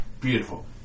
beautiful